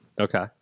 okay